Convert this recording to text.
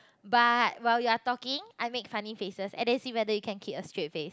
but while you're talking I make funny faces and then see whether you can keep a strict face